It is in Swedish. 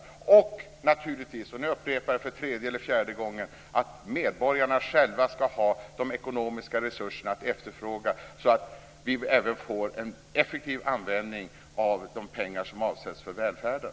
Naturligtvis ska medborgarna själva - nu upprepar jag det för tredje eller fjärde gången - ha de ekonomiska resurserna att efterfråga så att vi även får en effektiv användning av de pengar som avsätts för välfärden.